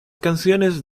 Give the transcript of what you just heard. canciones